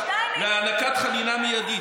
להענקת חנינה מיידית".